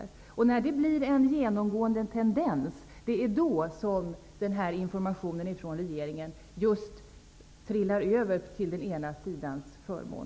Det är när det blir en genomgående tendens som informationen från regeringen trillar över till den ena sidans förmån.